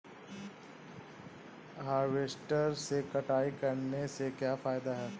Harvester से कटाई करने से क्या फायदा है?